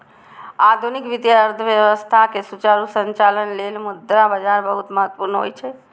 आधुनिक वित्तीय अर्थव्यवस्था के सुचारू संचालन लेल मुद्रा बाजार बहुत महत्वपूर्ण होइ छै